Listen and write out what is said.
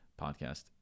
podcast